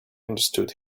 understood